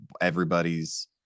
everybody's